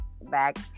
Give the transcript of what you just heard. back